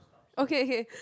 okay okay